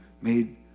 made